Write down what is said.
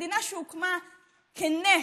מדינה שהוקמה כנס,